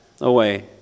away